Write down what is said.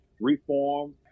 reform